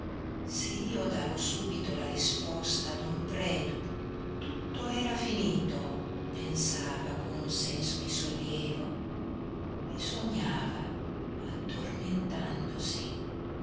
se io davo subito la risposta a don predu tutto era finito pensava con un senso di sollievo e sognava